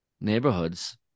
neighborhoods